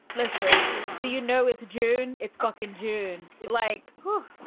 listen, you know, you know it's june. it's goc in june. like who?